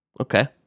Okay